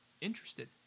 interested